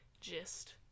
gist